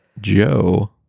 joe